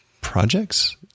projects